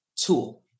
tool